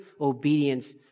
obedience